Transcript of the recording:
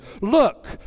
Look